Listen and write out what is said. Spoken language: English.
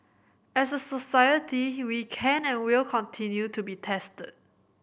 as a society we can and will continue to be tested